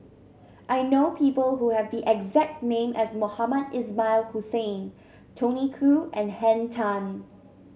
I know people who have the exact name as Mohamed Ismail Hussain Tony Khoo and Henn Tan